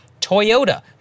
Toyota